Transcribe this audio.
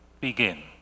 begin